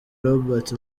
robert